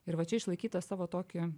ir va čia išlaikyt tą savo tokį